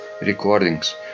recordings